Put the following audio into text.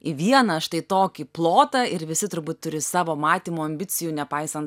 į vieną štai tokį plotą ir visi turbūt turi savo matymų ambicijų nepaisan